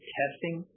testing